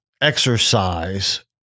exercise